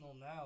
now